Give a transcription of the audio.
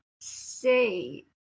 see